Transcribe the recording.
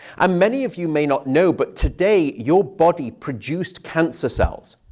um many of you may not know, but today your body produced cancer cells.